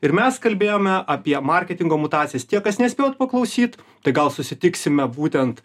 ir mes kalbėjome apie marketingo mutacijas tie kas nespėjot paklausyt tai gal susitiksime būtent